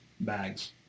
bags